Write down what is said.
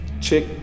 check